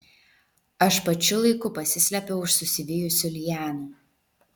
aš pačiu laiku pasislepiu už susivijusių lianų